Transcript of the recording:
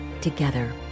together